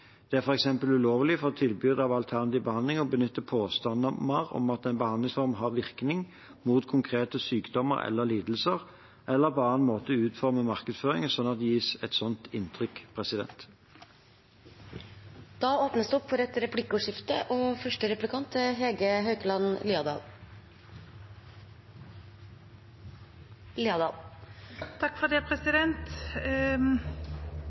det gjelder markedsføring. Det er f.eks. ulovlig for tilbydere av alternativ behandling å benytte påstander om at en behandlingsform har virkning mot konkrete sykdommer eller lidelser, eller på annen måte utforme markedsføringen sånn at det gis et sånt inntrykk. Det blir replikkordskifte. Dette er en sak som har skapt et sterkt engasjement, også i forbindelse med behandlingen av finansbudsjettet for